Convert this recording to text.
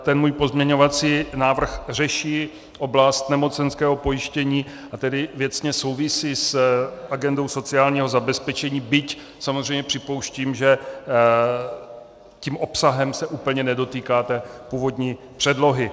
Ten můj pozměňovací návrh řeší oblast nemocenského pojištění, a tedy věcně souvisí s agendou sociálního zabezpečení, byť samozřejmě připouštím, že obsahem se úplně nedotýká té původní předlohy.